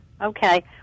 Okay